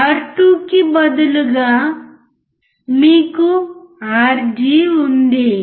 R2 కు బదులుగా మీకు Rg ఉంది